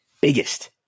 biggest